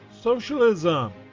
socialism